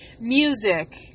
music